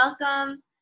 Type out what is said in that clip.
welcome